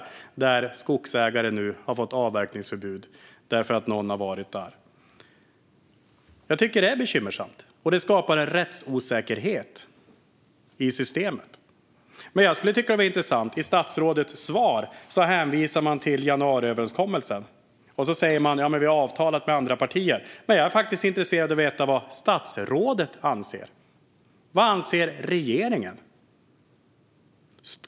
Men nu har skogsägare fått avverkningsförbud därför att det har varit någon tjäder där. Jag tycker att detta är bekymmersamt, och det skapar en rättsosäkerhet i systemet. I statsrådets svar hänvisas till januariöverenskommelsen och att man har avtalat med andra partier. Men jag är faktiskt intresserad av att få veta vad statsrådet anser. Vad anser regeringen?